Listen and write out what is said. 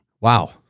Wow